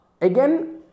again